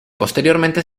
posteriormente